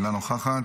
אינה נוכחת,